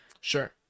Sure